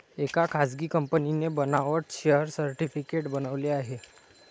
एका खासगी कंपनीने बनावट शेअर सर्टिफिकेट बनवले आहे